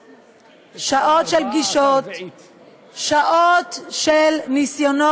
הרוח, ובזכות הגבורה וההקרבה של כל אותם לוחמים.